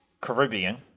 Caribbean